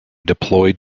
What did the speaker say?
deployed